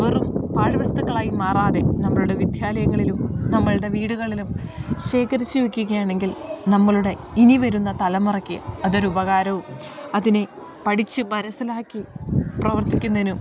വെറും പാഴ്വസ്തുക്കളായി മാറാതെ നമ്മളുടെ വിദ്യാലയങ്ങളിലും നമ്മളുടെ വീടുകളിലും ശേഖരിച്ച് വെക്കുക ആണെങ്കിൽ നമ്മളുടെ ഇനി വരുന്ന തലമുറക്ക് അതൊരു ഉപകാരവും അതിനെ പഠിച്ച് മനസ്സിലാക്കി പ്രവർത്തിക്കുന്നതിനും